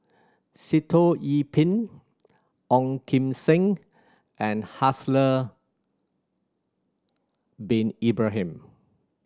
Sitoh Yih Pin Ong Kim Seng and Haslir Bin Ibrahim